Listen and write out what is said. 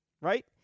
right